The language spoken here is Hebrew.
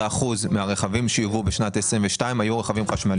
11% מהרכבים שיובאו בשנת 2022, היו רכבים חשמליים.